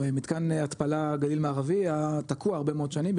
מתקן התפלה גליל מערבי היה תקוע הרבה מאוד שנים,